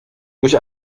durch